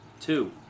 two